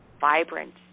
vibrant